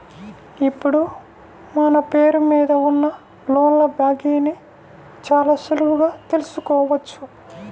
ఇప్పుడు మన పేరు మీద ఉన్న లోన్ల బాకీని చాలా సులువుగా తెల్సుకోవచ్చు